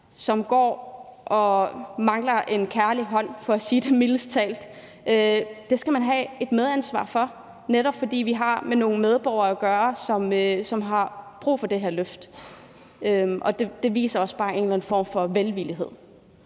talt mangler en kærlig hånd, skal tage et medansvar, netop fordi vi har med nogle medborgere at gøre, som har brug for det her løft. Og det viser også bare en eller anden form for velvillighed